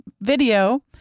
video